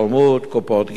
קופות גמל,